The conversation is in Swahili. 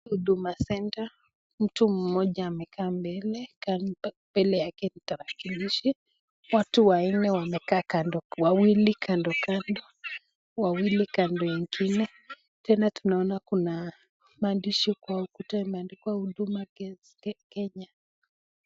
Huduma center, mtu mmoja amekaa mbele. Mbele yake kuna tarkilishi, watu wawili wamekaa kando na wengine wawili kando ingine. Tena tunaona kuna maandishi imeandikwa Huduma Kenya.